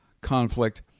conflict